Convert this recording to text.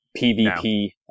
PvP